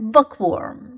Bookworm